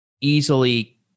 easily